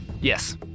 Yes